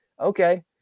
Okay